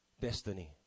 destiny